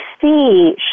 see